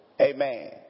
Amen